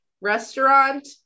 restaurant